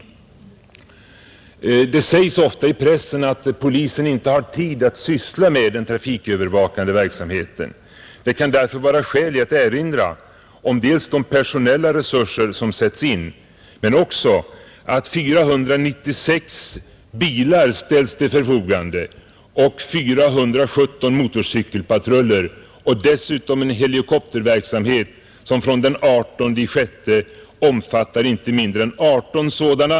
Det sägs ofta i pressen att polisen inte har tid att syssla med den trafikövervakande verksamheten, Det kan därför vara skäl att erinra om de personella resurser som sätts in men också om att 496 bilar och 417 motorcykelpatruller ställs till förfogande samt att 18 helikoptrar kommer att användas från den 18 juni.